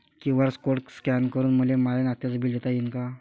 QR code scan करून मले माय नास्त्याच बिल देता येईन का?